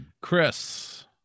Chris